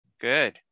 Good